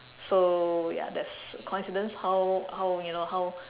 so ya that's coincidence how how you know how